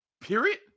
period